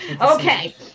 Okay